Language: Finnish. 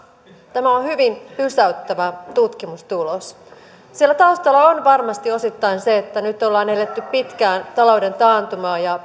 tämä on on hyvin pysäyttävä tutkimustulos siellä taustalla on varmasti osittain se että nyt on eletty pitkään talouden taantumaa ja